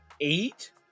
eight